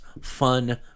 fun